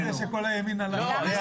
--- כל ימינה --- לא.